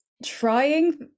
trying